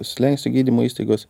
slenkstį gydymo įstaigos